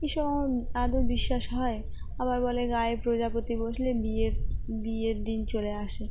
এইসব আমার আদৌ বিশ্বাস হয় আবার বলে গায়ে প্রজাপতি বসলে বিয়ের বিয়ের দিন চলে আসে